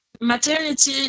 maternity